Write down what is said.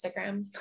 Instagram